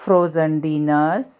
frozen dinners